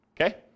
Okay